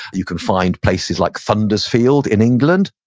you can find places like thunder's field in england,